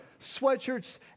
sweatshirts